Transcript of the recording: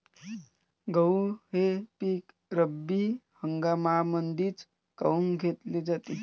गहू हे पिक रब्बी हंगामामंदीच काऊन घेतले जाते?